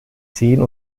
seen